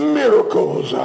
miracles